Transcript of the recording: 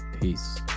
Peace